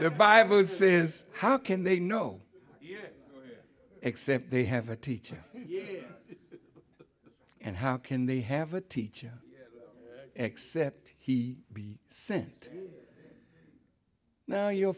the bible says how can they know except they have a teacher here and how can they have a teacher except he be sent now your